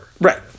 Right